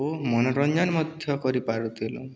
ଓ ମନୋରଞ୍ଜନ ମଧ୍ୟ କରିପାରୁଥିଲୁ